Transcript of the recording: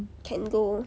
can go